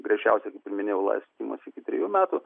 griežčiausia kaip ir minėjau laisvės atėmimas iki trejų metų